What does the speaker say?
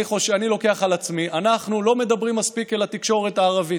אני לוקח על עצמי: אנחנו לא מדברים מספיק אל התקשורת הערבית.